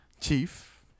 Chief